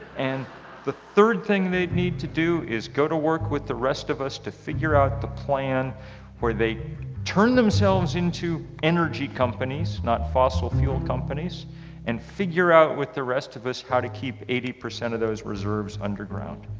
and the third thing they'd need to do is go to work with the rest of us to figure out the plan where they turn themselves into energy companies, not fossil fuel companies and figure out with the rest of us how to keep eighty percent of those reserves underground.